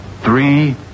three